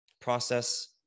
process